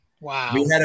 Wow